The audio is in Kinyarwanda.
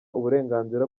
uburenganzira